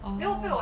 oh